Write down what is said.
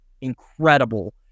incredible